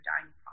dying